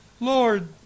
Lord